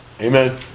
Amen